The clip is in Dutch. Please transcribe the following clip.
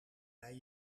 bij